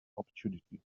opportunity